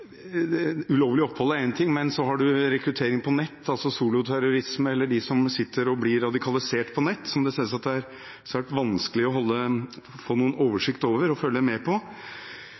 Ulovlig opphold er én ting, men så har en rekruttering på nett, altså soloterrorisme, eller de som blir radikalisert på nettet, som det ser ut til at det er svært vanskelig å få en oversikt over og følge med på.